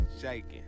shaking